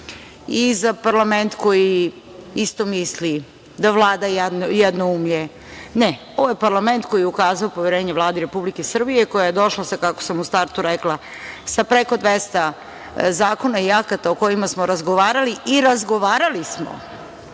i za parlament koji isto misli, da vlada jednoumlje. Ne, ovo je parlament koji je ukazao poverenje Vladi Republike Srbije koja je došla sa, kako sam u startu rekla, preko 200 zakona i akata o kojima smo razgovarali i razgovarali smo.